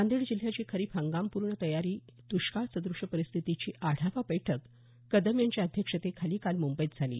नांदेड जिल्ह्याची खरीप हंगामपूर्व तयारी तसेच दष्काळसद्रश परिस्थितीची आढावा बैठक कदम यांच्या अध्यक्षतेखाली काल मुंबईत झाली